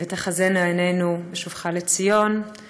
"ותחזינה עינינו בשובך לציון";